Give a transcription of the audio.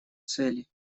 цели